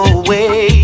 away